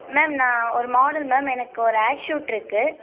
ma'am நான் ஒரு model ma'am எனக்கு ஒரு ஆட் ஷூட் இருக்குது